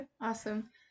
awesome